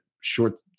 short